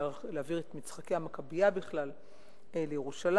להעביר את משחקי ה"מכבייה" לירושלים.